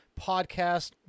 podcast